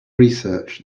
research